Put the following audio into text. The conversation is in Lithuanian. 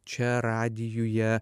čia radijuje